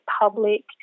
public